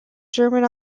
german